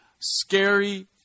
scary